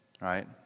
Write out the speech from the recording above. right